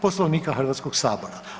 Poslovnika Hrvatskog sabora.